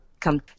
come